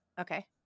Okay